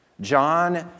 John